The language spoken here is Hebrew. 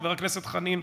חבר הכנסת חנין,